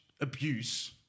abuse